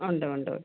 ആ ഉണ്ട് ഉണ്ട്